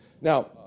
Now